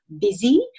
busy